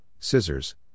scissors